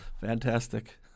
Fantastic